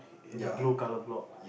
eh the blue colour block